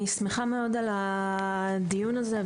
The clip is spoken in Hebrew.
אני שמחה מאוד על הדיון הזה,